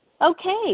Okay